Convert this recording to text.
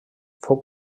fou